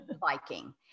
Viking